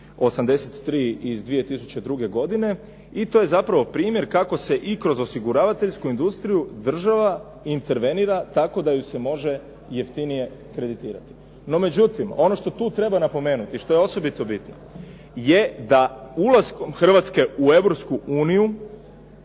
83 iz 2002. godine i to je zapravo primjer kako se i kroz osiguravateljsku industriju država intervenira tako da ju se može jeftinije kreditirati. No međutim, ono što tu treba napomenuti i što je osobito bitno je da ulaskom Hrvatske u Europsku uniju